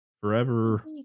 Forever